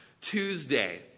Tuesday